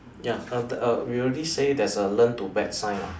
ya we already say there's a learn to bat sign [what]